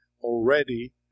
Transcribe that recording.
already